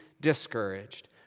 discouraged